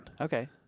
okay